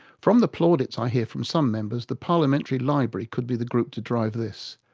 from the plaudits i hear from some members, the parliamentary library could be the group to drive this,